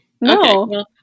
No